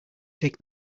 take